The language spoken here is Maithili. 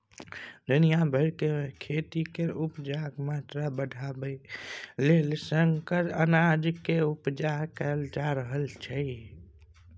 दुनिया भरि मे खेती केर उपजाक मात्रा बढ़ाबय लेल संकर अनाज केर उपजा कएल जा रहल छै